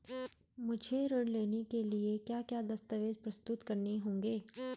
मुझे ऋण लेने के लिए क्या क्या दस्तावेज़ प्रस्तुत करने होंगे?